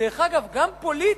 ודרך אגב, גם פוליטית,